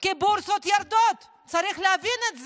כי הבורסות יורדות, צריך להבין את זה.